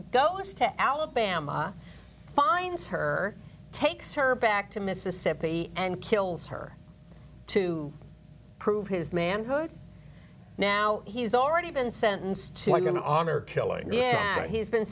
goes to alabama finds her takes her back to mississippi and kills her to prove his manhood now he's already been sentenced to going to honor killing yet he's been